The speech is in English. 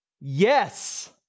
yes